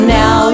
now